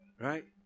Right